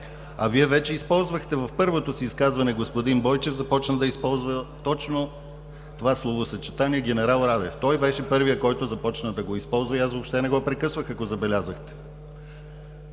Вие вече използвахте. В първото си изказване господин Бойчев започна да използва точно това словосъчетание „генерал Радев“. Той беше първият, който започна да го използва, и аз въобще не го прекъсвах, ако забелязахте.